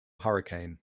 hurricane